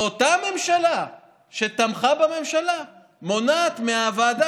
אותה מפלגה שתמכה בממשלה מונעת מהוועדה